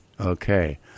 Okay